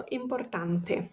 importante